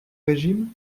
régime